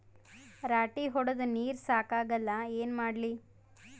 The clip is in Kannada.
ರಾಟಿ ಹೊಡದ ನೀರ ಸಾಕಾಗಲ್ಲ ಏನ ಮಾಡ್ಲಿ?